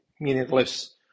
meaningless